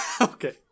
Okay